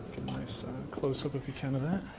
nice closeup if you can and